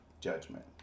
judgment